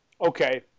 okay